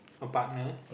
a partner